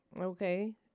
Okay